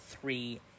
three